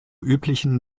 üblichen